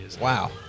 Wow